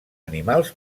animals